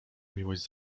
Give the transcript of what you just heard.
miłość